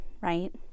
right